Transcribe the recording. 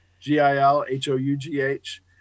G-I-L-H-O-U-G-H